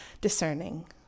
discerning